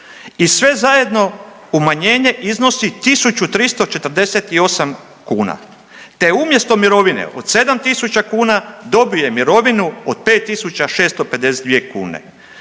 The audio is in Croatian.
i sve zajedno umanjenje iznosi 1.348 kuna, te umjesto mirovine od 7.000 kuna dobije mirovinu od 5.652 kune,